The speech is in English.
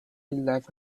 left